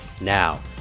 Now